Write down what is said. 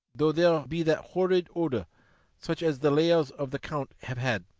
though there be that horrid odour such as the lairs of the count have had.